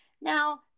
Now